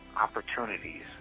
opportunities